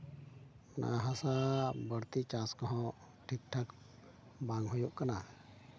ᱚᱱᱟ ᱦᱟᱥᱟ ᱵᱟᱹᱲᱛᱤ ᱪᱟᱥ ᱠᱚᱦᱚᱸ ᱴᱷᱤᱠ ᱴᱷᱟᱠ ᱵᱟᱝ ᱦᱩᱭᱩᱜ ᱠᱟᱱᱟ